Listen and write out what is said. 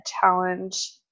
challenge